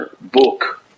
book